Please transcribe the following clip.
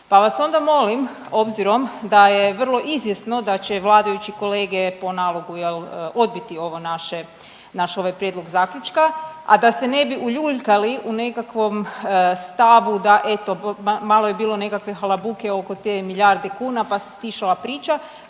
Pa vas onda molim obzirom da je vrlo izvjesno da će vladajući kolege po nalogu odbiti ovo naše, naš ovaj prijedlog zaključka, a da se ne bi uljuljkali u nekakvom stavu da eto malo je bilo nekakve halabuke oko te milijarde kuna pa se stišala priča,